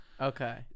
Okay